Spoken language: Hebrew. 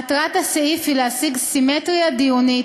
מטרת הסעיף היא להשיג סימטריה דיונית